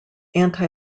anti